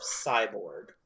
cyborg